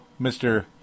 Mr